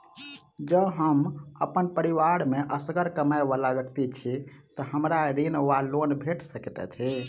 जँ हम अप्पन परिवार मे असगर कमाई वला व्यक्ति छी तऽ हमरा ऋण वा लोन भेट सकैत अछि?